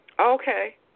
Okay